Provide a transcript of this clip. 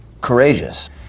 courageous